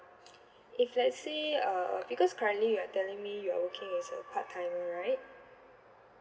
if let say uh because currently you are telling me you're working as a part timer right